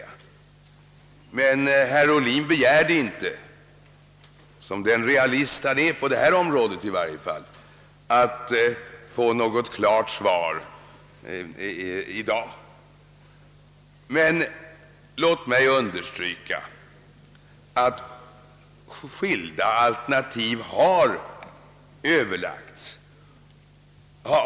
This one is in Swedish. Men herr Ohlin begärde inte — som den realist han är, i varje fall på detta område — att få något klart svar i dag. Låt mig understryka att skilda alternativ har övervägts.